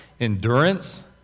endurance